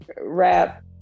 wrap